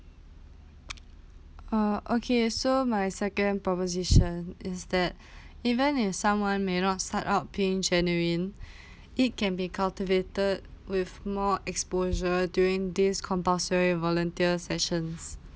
uh okay so my second proposition is that even in someone may not start up being genuine it can be cultivated with more exposure during this compulsory volunteer sessions